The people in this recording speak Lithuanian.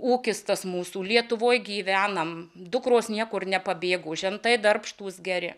ūkis tas mūsų lietuvoj gyvenam dukros niekur nepabėgo žentai darbštūs geri